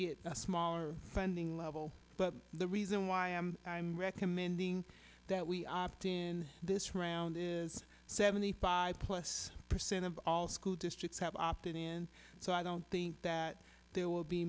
get a smaller funding level but the reason why i am i'm recommending that we opt in this round is seventy five plus percent of all school districts have opted in so i don't think that there will be